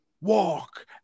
walk